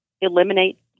eliminate